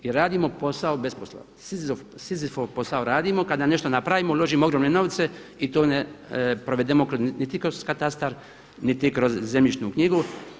I radimo posao besposlova, Sizifov posao radimo, kada nešto napravimo, uložimo ogromne novce i to ne provedemo niti kroz katastar, niti kroz zemljišnu knjigu.